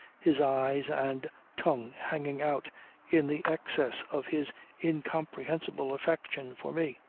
his eyes and tongue hanging out in the excess of his incomprehensible affection for me.